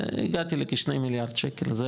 הגעתי לכשני מיליארד שקל זה